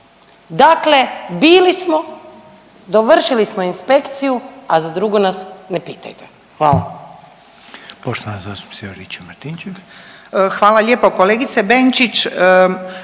Dakle bili smo, dovršili smo inspekciju, a za drugo nas ne pitajte. Hvala.